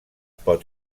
pot